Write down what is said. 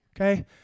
okay